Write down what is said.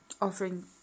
offering